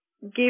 give